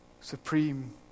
supreme